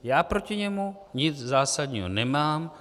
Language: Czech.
Já proti němu nic zásadního nemám.